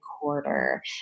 quarter